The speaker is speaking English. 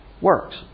works